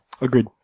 Agreed